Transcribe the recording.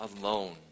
alone